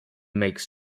makes